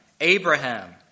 Abraham